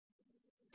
T 0